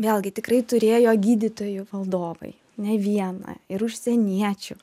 vėlgi tikrai turėjo gydytojų valdovai ne vieną ir užsieniečių